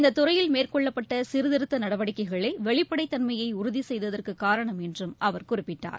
இந்ததுறையில் மேற்கொள்ளப்பட்டசீர்திருத்தநடவடிக்கைகளேவெளிப்படைத் தன்மையைஉறுதிசெய்ததற்குக் காரணம் என்றும் அவர் குறிப்பிட்டார்